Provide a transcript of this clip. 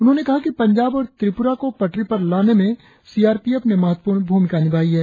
उन्होंने कहा कि पंजाब और त्रिपुरा को पटरी पर लाने में सी आर पी एफ ने महत्वपूर्ण भूमिका निभाई है